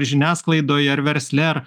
žiniasklaidoje ar versle ar